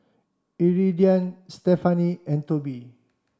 Iridian Stefani and Tobie